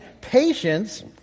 patience